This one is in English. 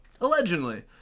allegedly